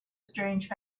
strange